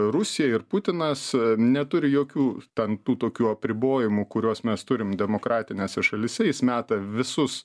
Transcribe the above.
rusija ir putinas neturi jokių ten tų tokių apribojimų kuriuos mes turim demokratinėse šalyse jis meta visus